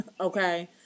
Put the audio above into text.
okay